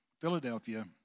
Philadelphia